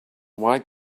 why